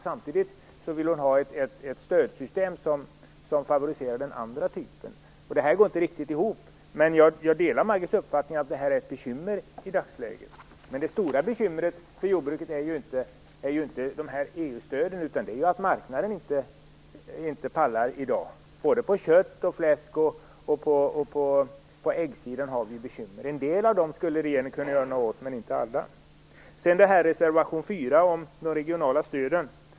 Samtidigt vill hon ha ett stödsystem som favoriserar den andra typen. Detta går inte riktigt ihop. Men jag delar Maggi Mikaelssons uppfattning att det är ett bekymmer i dagsläget. Men det stora bekymret för jordbruket är inte EU-stöden, utan det är att marknaden i dag inte pallar och att vi har bekymmer när det gäller kött, fläsk och ägg. En del av dem skulle regeringen kunna göra någonting åt, men inte alla. Maggi Mikaelsson talade mycket om reservation 4 om de regionala stöden.